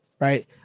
right